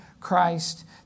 Christ